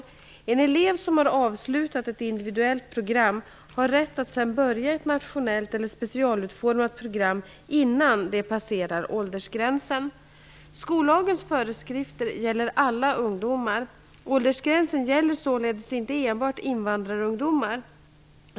En elev som har avslutat ett individuellt program har rätt att sedan påbörja ett nationellt eller specialutformat program innan de passerar åldersgränsen. Åldersgränsen gäller således inte enbart invandrarungdomar.